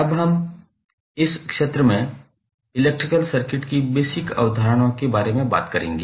अब इस सत्र में हम इलेक्ट्रिक सर्किट की बेसिक अवधारणाओं के बारे में बात करेंगे